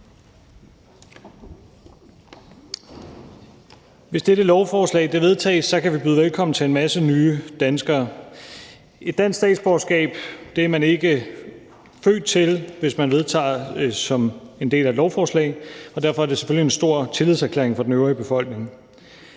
Hvis dette lovforslag vedtages, kan vi byde velkommen til en masse nye danskere. Et dansk statsborgerskab er man ikke født til, hvis man modtager det som en del af et lovforslag, og derfor er det selvfølgelig en stor tillidserklæring fra den øvrige befolkning.